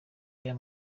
y’aya